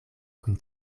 kun